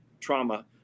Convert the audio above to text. trauma